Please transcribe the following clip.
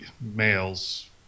males